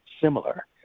similar